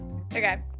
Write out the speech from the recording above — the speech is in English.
okay